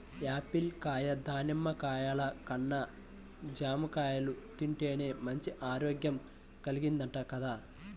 Apple కాయ, దానిమ్మ కాయల కన్నా జాంకాయలు తింటేనే మంచి ఆరోగ్యం కల్గిద్దంట గదా